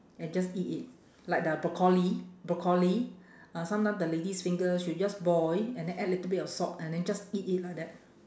and just eat it like the broccoli broccoli ah sometime the lady's finger she will just boil and then add a little bit of salt and then just eat it like that